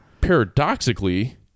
Paradoxically